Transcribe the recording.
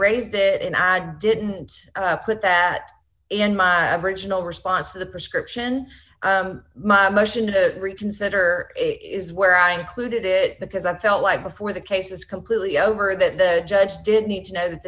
raised it and i didn't put that in my original response to the prescription my motion to reconsider is where i included it because i felt like before the case was completely over that the judge did need to know that